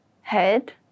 head